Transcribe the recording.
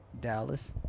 Dallas